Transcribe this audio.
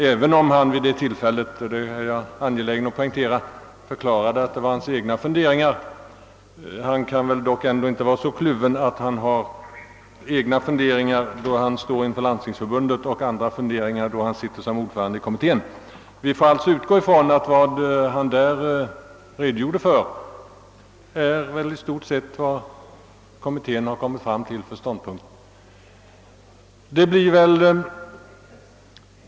Även om han vid detta tillfälle — det är jag angelägen om att poängtera — förklarade att det rörde sig om hans egna funderingar, kan han väl inte vara så kluven, att han framför vissa funde ringar när ha talar inför Landstingsförbundet och andra när han sitter som ordförande i kommittén. Vi får alltså utgå från att det som han redogjorde för inför Landstingsförbundet i stort sett är de ståndpunkter som kommittén kommit fram till.